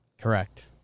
Correct